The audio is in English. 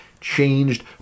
changed